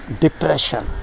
depression